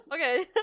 okay